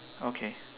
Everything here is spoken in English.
okay